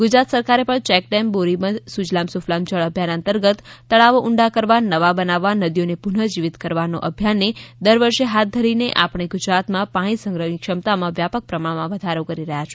ગુજરાત સરકારે પણ ચેકડેમ બોરીબંધ સુજલામ સુફલામ જળ અભિયાન અંતર્ગત તળાવો ઊંડા કરવા નવા બનાવવા નદીઓને પુનઃ જીવિત કરવાનો અભિયાનને દર વર્ષે હાથ ધરીને આપણે ગુજરાતમાં પાણી સંગ્રહની ક્ષમતા વ્યાપક પ્રમાણમાં વધારી રહ્યા છે